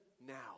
now